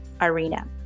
arena